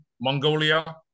Mongolia